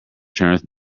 turneth